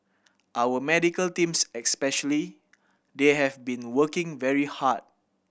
our medical teams especially they have been working very hard